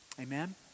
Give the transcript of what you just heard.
Amen